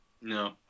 No